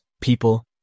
people